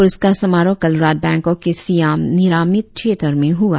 पुरस्कार समारोह कल रात बैंकाँक के सियाम निरामित थियेटर में हुआ